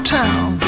town